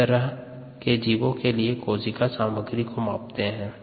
इस तरह के जीवो के लिए कोशिका सामग्री को मापते हैं